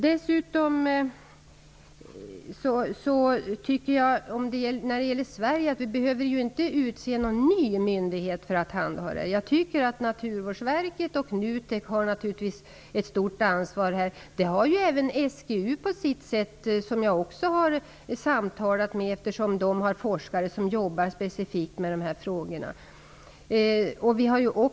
Dessutom tycker jag inte att vi behöver utse någon ny myndighet i Sverige som skall handha dessa frågor. Naturvårdsverket och NUTEK har ett stort ansvar på det här området. Det har även SGU på sitt sätt. Jag har samtalat med SGU, eftersom man där har forskare som specifikt jobbar med dessa frågor.